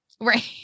Right